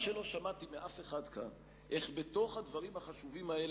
מה שלא שמעתי מאף אחד כאן זה איך בתוך הדברים החשובים האלה,